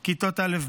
זה לכיתות א'